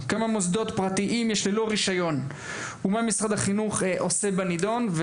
כמה מוסדות פרטיים יש שפועלים ללא רישיון ומה משרד החינוך עושה בנידון.